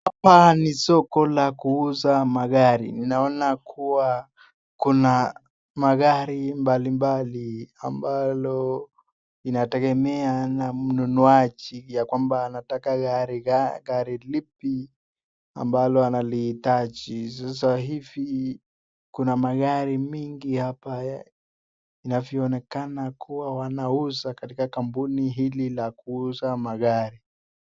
Hapa ni soko la kuuza magari, naona kuwa kuna magari mbalimbali ambayo inategemea na mnunuaji, ya kwamba anataka gari lipi ambalo analihitaji. Sasa hivi kuna magari mengi hapa ,inavyoonekena kuwa wanauza katika kampuni hili la kuuza magari.